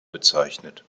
bezeichnet